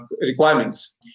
requirements